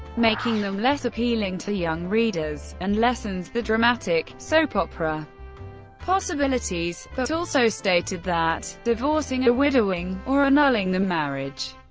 making them less appealing to young readers, and lessens the dramatic, soap opera possibilities, but also stated that divorcing or widowing, or annulling the marriage.